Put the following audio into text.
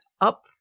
up